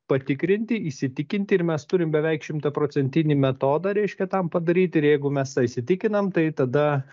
patikrinti įsitikinti ir mes turim beveik šimtą procentinį metodą reiškia tam padaryti ir jeigu mes tą įsitikinam tai tada